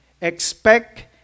Expect